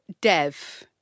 Dev